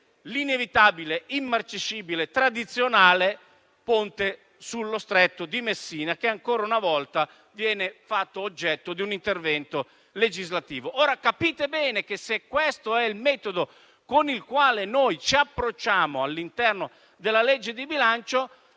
l'inevitabile, immarcescibile e tradizionale Ponte sullo Stretto di Messina, che ancora una volta viene fatto oggetto di un intervento legislativo. Capite bene che, se questo è il metodo con il quale noi ci approcciamo all'interno della legge di bilancio,